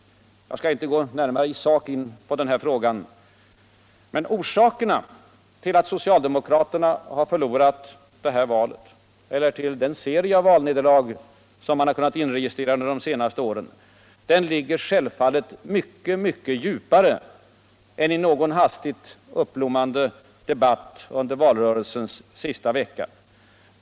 Jag skall i såk inte vuerligare gå in på denna fråga. Men orsakerna till att socialdemokraterna förlorade detta val och till den serie valnederlag som de kunnat inregistrera under de senaste åren ligger självfallet mycket djupare än I någon hastigt uppblommande debatt under valrörelsens sista vecka.